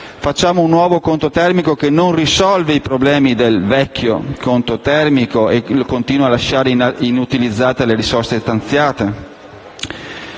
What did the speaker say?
facciamo un nuovo conto termico che non risolve i problemi di quello vecchio e continua a lasciare inutilizzate le risorse stanziate.